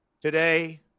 Today